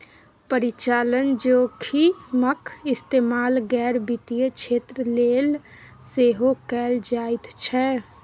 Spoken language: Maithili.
परिचालन जोखिमक इस्तेमाल गैर वित्तीय क्षेत्र लेल सेहो कैल जाइत छै